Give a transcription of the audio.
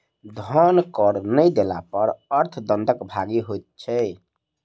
धन कर नै देला पर अर्थ दंडक भागी होइत छै